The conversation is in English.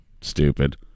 Stupid